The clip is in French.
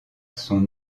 sont